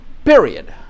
Period